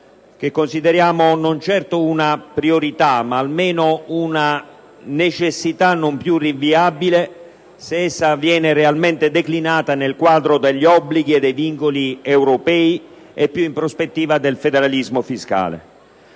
che consideriamo non certo una priorità ma almeno una necessità non più rinviabile se essa sarà realmente declinata nel quadro degli obblighi e dei vincoli europei e più in prospettiva del federalismo fiscale.